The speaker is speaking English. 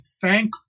thank